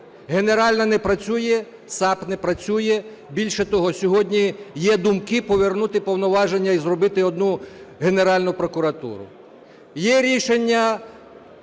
Генеральна не працює, САП не працює, більше того, сьогодні є думки повернути повноваження і зробити одну Генеральну прокуратуру.